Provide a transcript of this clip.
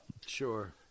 Sure